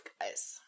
guys